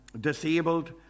disabled